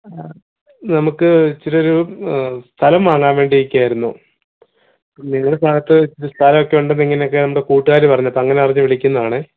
ആ നമുക്ക് ഇച്ചിരി ഒരു സ്ഥലം വാങ്ങാൻ വേണ്ടിയൊക്കെയായിരുന്നു നിങ്ങളുടെ ഭാഗത്ത് സ്ഥലം ഒക്കെ ഉണ്ടെന്ന് ഇങ്ങനെയൊക്കെ എൻ്റെ കൂട്ടുകാർ പറഞ്ഞു അങ്ങനെ അറിഞ്ഞിട്ട് വിളിക്കുന്നതാണെ